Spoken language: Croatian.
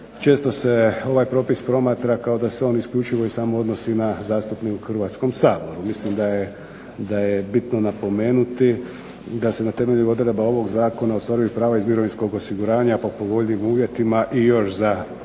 Često se ovaj propis promatra kao da se on odnosi samo na zastupnike u Hrvatskom saboru. Mislim da se na temelju ovog Zakona ostvaruju prava iz mirovinskog osiguranja po povoljnijim uvjetima i još za